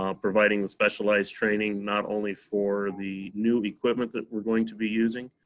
um providing the specialized training not only for the new equipment that we're going to be using,